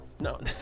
No